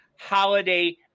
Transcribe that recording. holiday